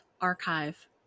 archive